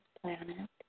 planet